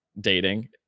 dating